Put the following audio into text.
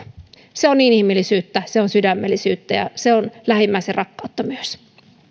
se on inhimillisyyttä se on sydämellisyyttä ja se on lähimmäisenrakkautta myös